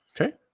Okay